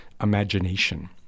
imagination